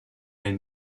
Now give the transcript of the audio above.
est